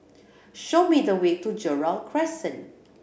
show me the way to Gerald Crescent